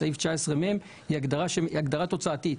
סעיף 19מ היא הגדרה תוצאתית.